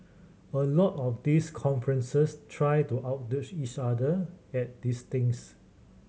a lot of these conferences try to outdo each other at these things